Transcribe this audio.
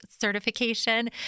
certification